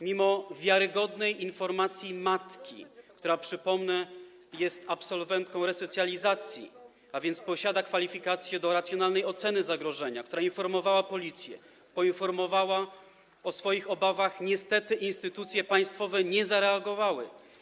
Mimo wiarygodnej informacji matki, która - przypomnę - jest absolwentką resocjalizacji, a więc posiada kwalifikacje do racjonalnej oceny zagrożenia, matki, która informowała Policję o swoich obawach, niestety instytucje państwowe nie zareagowały.